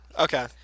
Okay